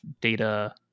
data